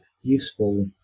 Useful